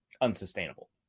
unsustainable